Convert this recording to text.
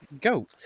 Goat